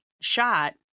shot